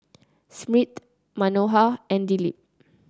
Smriti Manohar and Dilip